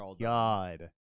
God